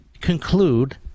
conclude